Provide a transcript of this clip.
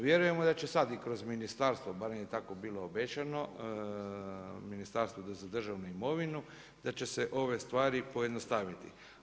Vjerujemo da će sada i kroz ministarstvo, barem je tako bilo obećano, Ministarstvo za državnu imovinu, da će se ove stvari pojednostaviti.